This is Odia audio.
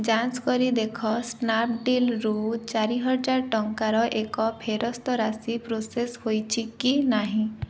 ଯାଞ୍ଚ କରି ଦେଖ ସ୍ନାପଡୀଲ୍ରୁ ଚାରି ହଜାର ଟଙ୍କାର ଏକ ଫେରସ୍ତ ରାଶି ପ୍ରୋସେସ୍ ହୋଇଛି କି ନାହିଁ